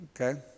Okay